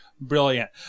Brilliant